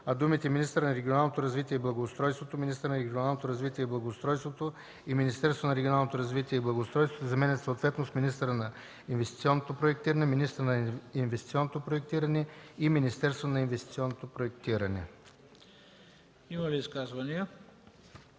а думите „министъра на регионалното развитие и благоустройството”, „министърът на регионалното развитие и благоустройството” и „Министерството на регионалното развитие и благоустройството” се заменят съответно с „министъра на инвестиционните проекти”, „министърът на инвестиционните проекти” и „Министерството на инвестиционното проектиране”.” ПРЕДСЕДАТЕЛ